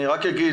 אני רק אגיד